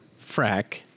Frack